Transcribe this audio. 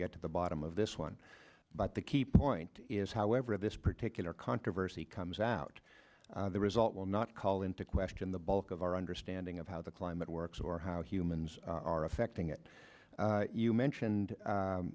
get to the bottom of this one but the key point is however this particular controversy comes out the result will not call into question the bulk of our understanding of how the climate works or how humans are affecting it you mentioned